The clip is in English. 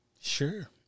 Sure